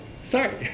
sorry